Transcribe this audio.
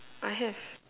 I have